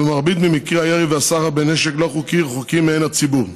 ומרבית מקרי הירי והסחר בנשק לא חוקי רחוקים מעין הציבור.